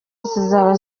zizaba